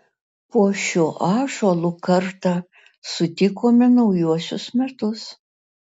po šiuo ąžuolu kartą sutikome naujuosius metus